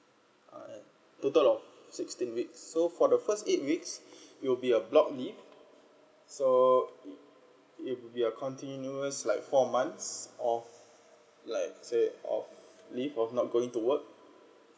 uh total of sixteen weeks so for the first eight weeks you'll be a block leave so you're continuous like four months of like say of leave of not going to work